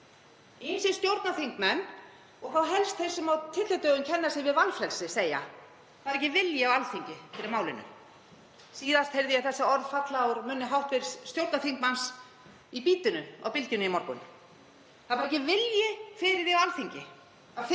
Ýmsir stjórnarþingmenn og þá helst þeir sem á tyllidögum kenna sig við valfrelsi, segja: Það er ekki vilji á Alþingi fyrir málinu. Síðast heyrði ég þessi orð falla úr munni hv. stjórnarþingmanns í Bítinu á Bylgjunni í morgun. Það er ekki vilji fyrir því á Alþingi